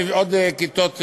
כיתות לימוד,